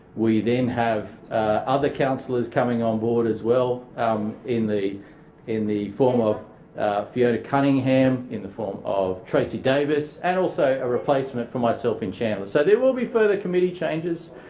we then have other councillors coming on board as well um in the in the form of fiona cunningham, in the form of tracy davis and also a replacement for myself and chairman. so there will be further committee changes.